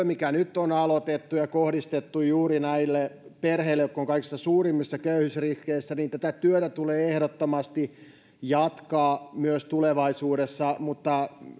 mikä nyt on aloitettu ja kohdistettu juuri näille perheille jotka ovat kaikista suurimmissa köyhyysriskeissä tulee ehdottomasti jatkaa myös tulevaisuudessa mutta